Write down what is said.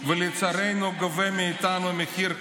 ולצערנו גובה מאיתנו מחיר כבד,